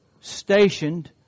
stationed